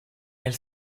nel